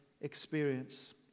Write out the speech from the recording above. experience